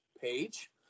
page